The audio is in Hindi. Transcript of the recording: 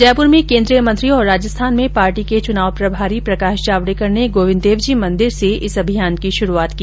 जयपुर में केन्द्रीय मंत्री और राजस्थान में पार्टी के चुनाव प्रभारी प्रकाश जावडेकर ने गोविन्द देवजी मंदिर से इस अभियान की शुरूआत की